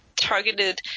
targeted